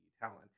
talent